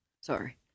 Sorry